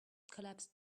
collapsed